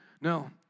No